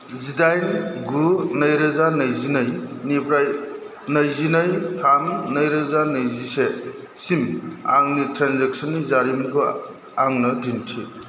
जिदाइन गु नैरोजा नैजिनै निफ्राय नैजिनै थाम नैरोजा नैजिसे सिम आंनि ट्रेनजेक्सननि जारिमिनखौ आंनो दिन्थि